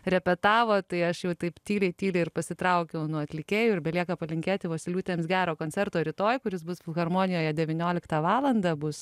repetavo tai aš jau taip tyliai tyliai ir pasitraukiau nuo atlikėjų ir belieka palinkėti vosyliūtėms gero koncerto rytoj kuris bus filharmonijoje devynioliktą valandą bus